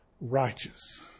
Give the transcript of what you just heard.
righteous